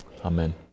Amen